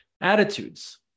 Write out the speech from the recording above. Attitudes